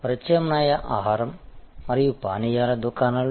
ప్రత్యామ్నాయ ఆహారం మరియు పానీయాల దుకాణాలు